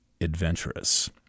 adventurous